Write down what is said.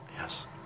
Yes